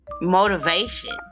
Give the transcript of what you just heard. motivation